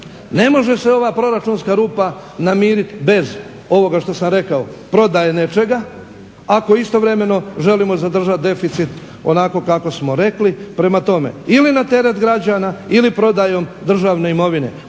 ne može se ova proračunska rupa namiriti bez ovoga što sam rekao prodaje nečega ako istovremeno želimo zadržati deficit onako kako smo rekli. Prema tome, ili na teret građana ili prodajom državne imovine.